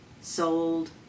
sold